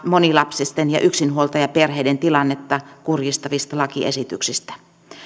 monilapsisten ja yksinhuoltajaperheiden tilannetta kurjistavista lakiesityksistä